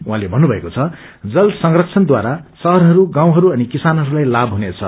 उहाँले भन्नुभएको छ जल संरक्षणद्वारा शहरहरू गाउँहरू अनि किसानहरूताई लाथ हुनेछ